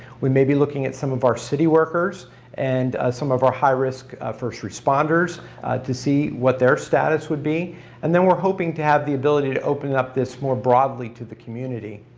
we may be looking at some of our city workers and some of our high-risk first responders to see what their status would be and then we're hoping to have the ability to open up this more broadly to the community.